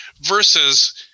versus